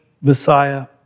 Messiah